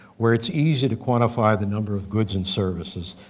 where it's easy to quantify the number of goods and services,